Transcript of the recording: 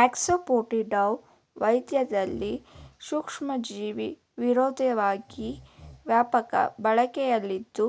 ಅಸಾಫೋಟಿಡಾವು ವೈದ್ಯದಲ್ಲಿ ಸೂಕ್ಷ್ಮಜೀವಿವಿರೋಧಿಯಾಗಿ ವ್ಯಾಪಕ ಬಳಕೆಯಲ್ಲಿದ್ದು